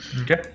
Okay